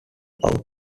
out